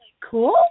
cool